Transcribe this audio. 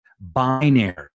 binary